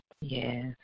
Yes